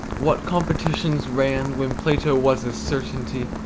what competitions ran when plato was a certainty.